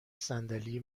صندلی